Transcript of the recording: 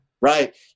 Right